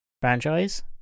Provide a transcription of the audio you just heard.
franchise